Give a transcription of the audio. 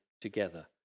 together